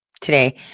today